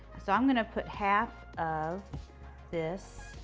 so i'm going to put half of this